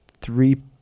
three